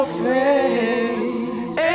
face